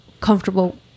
comfortable